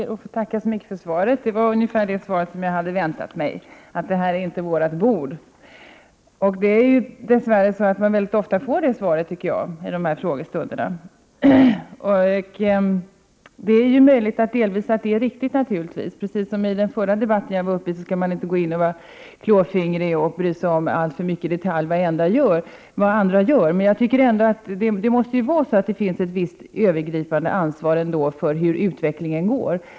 Herr talman! Jag ber att få tacka för svaret. Det är ungefär ett svar som jag hade väntat mig, att det här inte är regeringens bord. Dess värre får man sådana svar mycket ofta i frågestunderna. Det är möjligt att det är riktigt som statsrådet säger att man inte skall vara klåfingrig och i detalj gå in i vad andra gör — precis som vi konstaterade i den förra debatten för en stund sedan. Ändå finns det ett visst övergripande ansvar för hur utvecklingen går.